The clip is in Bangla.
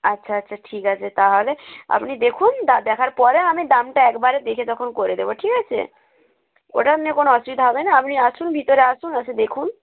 আচ্ছা আচ্ছা ঠিক আছে তাহলে আপনি দেখুন দেখার পরে আমি দামটা একবারে দেখে তখন করে দেব ঠিক আছে ওটা নিয়ে কোনও অসুবিধা হবে না আপনি আসুন ভিতরে আসুন এসে দেখুন